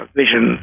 vision